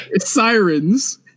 sirens